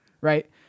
right